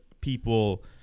people